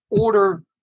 Order